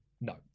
no